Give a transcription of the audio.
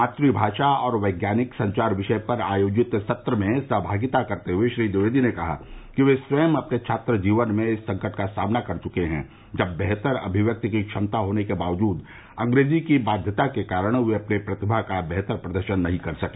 मातृ भाषा और वैज्ञानिक संचार विषय पर आयोजित सत्र में सहभागिता करते हुए श्री द्विवेदी ने कहा कि वह स्वयं अपने छात्र जीवन में इस संकट का सामना कर चुके हैं जब बेहतर अभिव्यक्ति की क्षमता होने के बावजूद अंग्रेजी की बाधा के कारण वे अपनी प्रतिभा का बेहतर प्रदर्शन नहीं कर सके